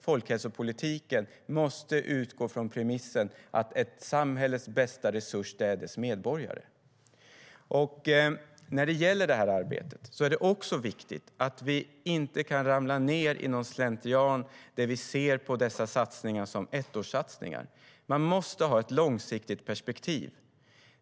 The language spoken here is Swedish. Folkhälsopolitiken måste utgå från premissen att ett samhälles bästa resurs är dess medborgare. Det är också viktigt att vi inte faller ned i slentrian och ser på dessa satsningar som ettårssatsningar. Man måste ha ett långsiktigt perspektiv.